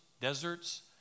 deserts